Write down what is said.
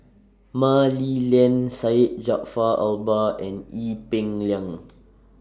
Mah Li Lian Syed Jaafar Albar and Ee Peng Liang